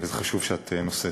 וזה חשוב שאת נושאת,